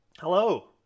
Hello